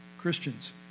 Christians